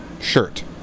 shirt